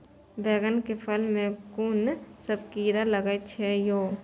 बैंगन के फल में कुन सब कीरा लगै छै यो?